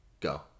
go